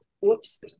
whoops